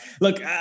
Look